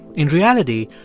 in reality,